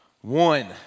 one